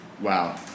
Wow